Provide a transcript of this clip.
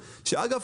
שאגב,